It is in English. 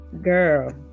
Girl